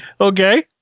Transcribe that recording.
Okay